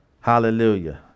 Hallelujah